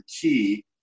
key